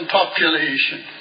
population